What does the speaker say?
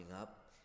up